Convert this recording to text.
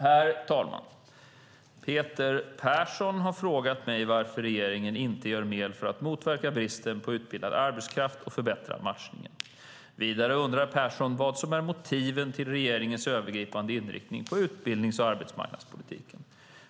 Herr talman! Peter Persson har frågat mig varför regeringen inte gör mer för att motverka bristen på utbildad arbetskraft och förbättra matchningen. Vidare undrar Persson vad som är motiven till regeringens övergripande inriktning på utbildnings och arbetsmarknadspolitiken.